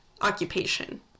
occupation